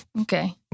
Okay